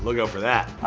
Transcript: lookout for that